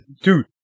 Dude